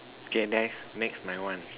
okay next next my one